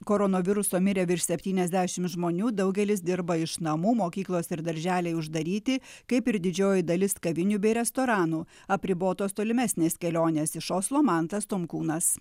koronaviruso mirė virš septyniasdešim žmonių daugelis dirba iš namų mokyklos ir darželiai uždaryti kaip ir didžioji dalis kavinių bei restoranų apribotos tolimesnės kelionės iš oslo mantas tomkūnas